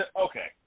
okay